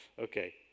Okay